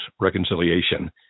reconciliation